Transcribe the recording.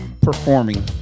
Performing